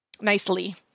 nicely